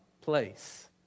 place